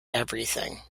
everything